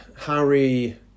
Harry